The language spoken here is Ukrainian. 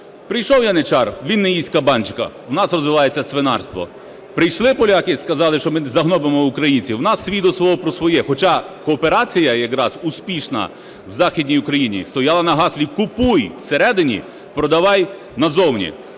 прийшов Яничар, він не їсть кабанчика, у нас розвивається свинарство, прийшли поляки і сказали, що ми загнобимо українців, у нас світ до свого про своє, хоча кооперація якраз успішна у західній Україні стояла на гаслі "Купуй всередині, продавай назовні".